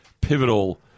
pivotal